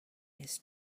his